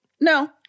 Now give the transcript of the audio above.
No